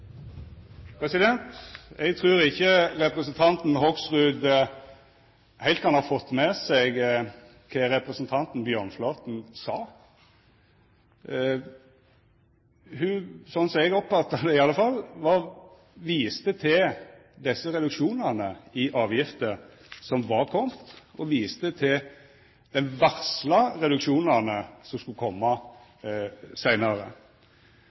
heilt kan ha fått med seg det som representanten Bjørnflaten sa. Ho viste til – slik eg oppfatta det, i alle fall – desse reduksjonane i avgifter som var komne, og ho viste til dei varsla reduksjonane som skulle koma seinare.